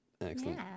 Excellent